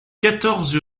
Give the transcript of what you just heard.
quatorze